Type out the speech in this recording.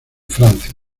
francia